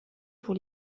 pour